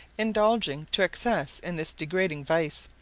indulging to excess in this degrading vice,